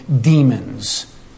demons